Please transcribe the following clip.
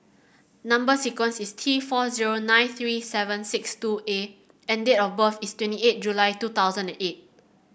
number sequence is T four zero nine three seven six two A and date of birth is twenty eight July two thousand and eight